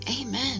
Amen